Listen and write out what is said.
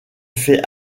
fait